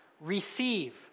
receive